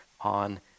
on